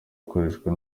akoreshwa